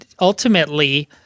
ultimately